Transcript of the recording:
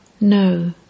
No